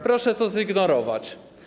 Proszę to zignorować.